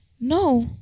No